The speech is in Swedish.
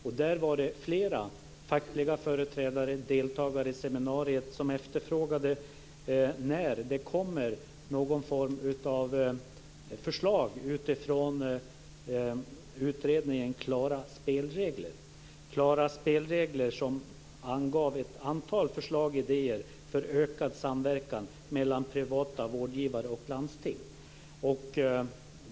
Där efterfrågade flera fackliga företrädare och deltagare i seminariet någon form av förslag utifrån utredningen Klara spelregler. De undrade när något sådant skulle komma. Utredningen angav ett antal förslag och idéer om ökad samverkan mellan privata vårdgivare och landsting.